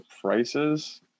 prices